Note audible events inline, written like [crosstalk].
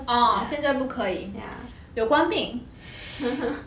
orh 现在不可以有冠病 [breath]